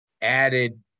added